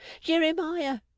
Jeremiah